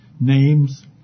names